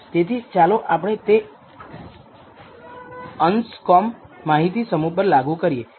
તેથી ચાલો આપણે તે અનસકોમ્બ માહિતી સમૂહ પર લાગુ કરીએ